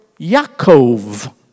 Yaakov